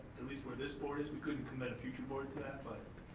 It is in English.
at least where this board is, we couldn't commit a future board to that but